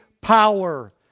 power